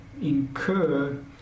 incur